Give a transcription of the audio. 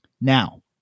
Now